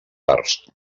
parts